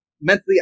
mentally